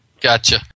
gotcha